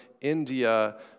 India